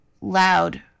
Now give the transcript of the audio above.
Loud